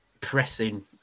pressing